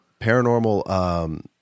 paranormal—